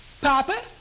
Papa